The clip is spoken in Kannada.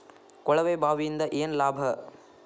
ಕೊಳವೆ ಬಾವಿಯಿಂದ ಏನ್ ಲಾಭಾ?